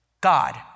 God